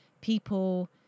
people